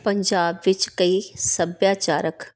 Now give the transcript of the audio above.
ਪੰਜਾਬ ਵਿੱਚ ਕਈ ਸੱਭਿਆਚਾਰਕ